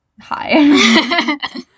Hi